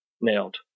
nailed